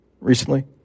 recently